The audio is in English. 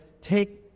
take